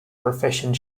proficient